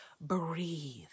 breathe